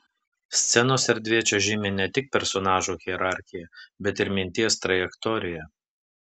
scenos erdvė čia žymi ne tik personažų hierarchiją bet ir minties trajektoriją